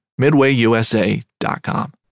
MidwayUSA.com